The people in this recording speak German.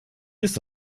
ist